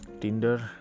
Tinder